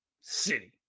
City